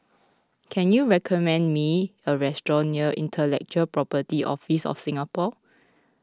can you recommend me a restaurant near Intellectual Property Office of Singapore